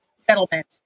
settlement